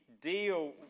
deal